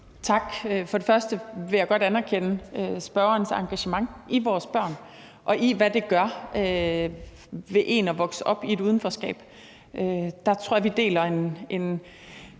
Tak. For det første vil jeg godt anerkende spørgerens engagement i vores børn og i, hvad det gør ved en at vokse op i et udenforskab. Der tror jeg vi deler et